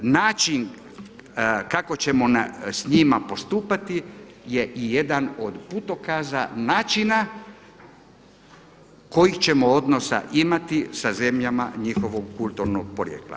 Način kako ćemo sa njima postupati je i jedan od putokaza načina kojih ćemo odnosa imati sa zemljama njihovog kulturnog porijekla.